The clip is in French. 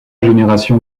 générations